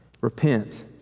Repent